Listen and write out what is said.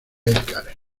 edgar